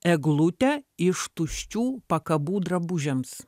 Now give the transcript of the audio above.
eglutę iš tuščių pakabų drabužiams